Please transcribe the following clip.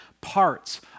parts